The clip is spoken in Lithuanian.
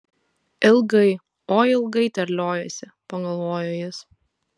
ilgai oi ilgai terliojasi pagalvojo jis